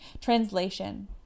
Translation